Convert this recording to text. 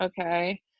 Okay